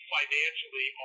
financially